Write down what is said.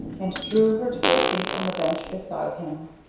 and drew her to a seat on the bench beside him.